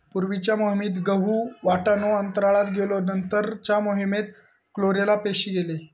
पूर्वीच्या मोहिमेत गहु, वाटाणो अंतराळात गेलो नंतरच्या मोहिमेत क्लोरेला पेशी गेले